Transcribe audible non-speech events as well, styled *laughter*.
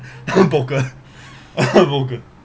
*laughs* poker *laughs* poker